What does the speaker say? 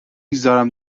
گذارم